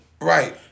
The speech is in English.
Right